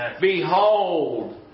Behold